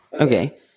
Okay